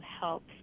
help